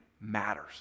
matters